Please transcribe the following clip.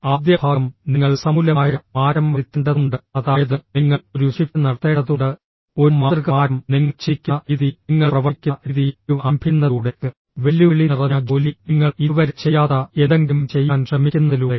ആദ്യ ഭാഗം നിങ്ങൾ സമൂലമായ മാറ്റം വരുത്തേണ്ടതുണ്ട് അതായത് നിങ്ങൾ ഒരു ഷിഫ്റ്റ് നടത്തേണ്ടതുണ്ട് ഒരു മാതൃക മാറ്റം നിങ്ങൾ ചിന്തിക്കുന്ന രീതിയിൽ നിങ്ങൾ പ്രവർത്തിക്കുന്ന രീതിയിൽ ഒരു ആരംഭിക്കുന്നതിലൂടെ വെല്ലുവിളി നിറഞ്ഞ ജോലി നിങ്ങൾ ഇതുവരെ ചെയ്യാത്ത എന്തെങ്കിലും ചെയ്യാൻ ശ്രമിക്കുന്നതിലൂടെ